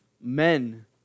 men